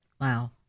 Wow